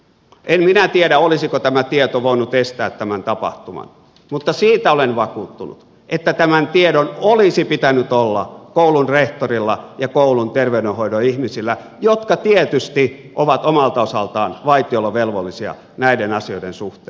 en minä tiedä olisiko tämä tieto voinut estää tämän tapahtuman mutta siitä olen vakuuttunut että tämän tiedon olisi pitänyt olla koulun rehtorilla ja koulun terveydenhoidon ihmisillä jotka tietysti ovat omalta osaltaan vaitiolovelvollisia näiden asioiden suhteen